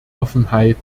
offenheit